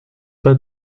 pas